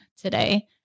today